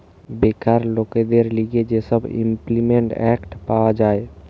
বেকার লোকদের লিগে যে সব ইমল্পিমেন্ট এক্ট পাওয়া যায়